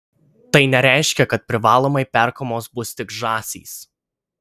tai nereiškia kad privalomai perkamos bus tik žąsys